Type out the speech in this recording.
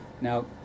Now